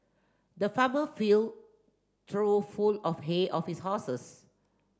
the farmer filled trough full of hay of his horses